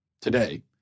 today